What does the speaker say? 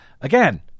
again